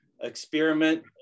experiment